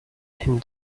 him